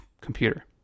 computer